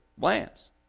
lands